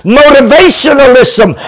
motivationalism